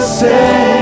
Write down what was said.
say